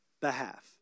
behalf